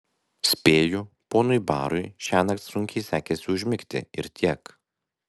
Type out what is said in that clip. spėju ponui barui šiąnakt sunkiai sekėsi užmigti ir tiek